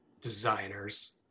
Designers